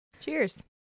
Cheers